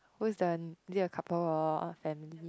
who's the is it a couple or family